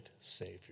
Savior